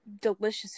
delicious